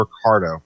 Ricardo